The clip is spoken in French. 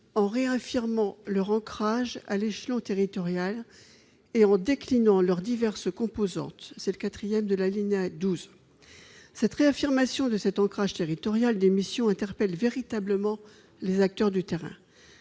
en réaffirmant leur ancrage à l'échelon territorial et en déclinant leurs diverses composantes, au 4° de l'alinéa 12. Cette réaffirmation de l'ancrage territorial des missions interpelle véritablement les acteurs de terrain.